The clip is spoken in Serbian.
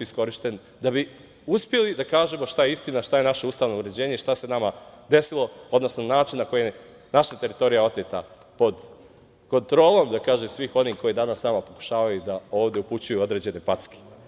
iskorišćen da bi uspeli da kažemo šta je istina, šta je naše ustavno uređenje, šta se nama desilo, odnosno način na koji je naša teritorija oteta pod kontrolom svih onih koji danas tamo pokušavaju da ovde upućuju određene packe.